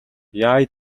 яая